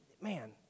man